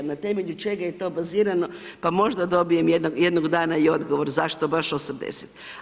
Na temelju čega je to bazirano, pa možda dobije jednog dana i odgovor zašto baš 80.